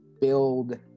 build